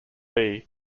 after